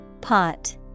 Pot